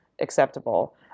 acceptable